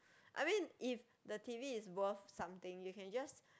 I mean if the t_v is worth something you can just